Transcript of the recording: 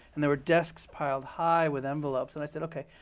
and there were desks piled high with envelopes. and i said, ok,